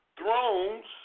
thrones